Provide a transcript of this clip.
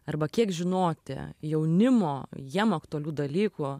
arba kiek žinote jaunimo jiem aktualių dalykų